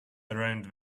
around